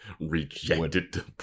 rejected